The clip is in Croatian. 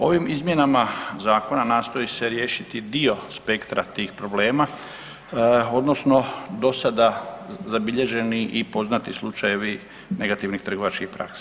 Ovim izmjenama zakona nastoji se riješiti dio spektra tih problema odnosno do sada zabilježeni i poznati slučajevi negativnih trgovačkih praksi.